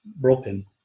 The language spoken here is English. broken